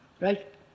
right